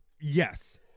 yes